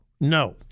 No